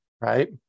right